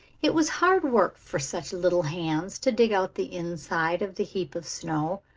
it was hard work for such little hands to dig out the inside of the heap of snow,